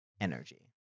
energy